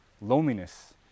loneliness